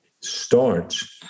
starts